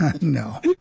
No